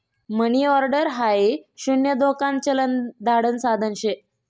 मनी order हाई शून्य धोकान चलन धाडण साधन शे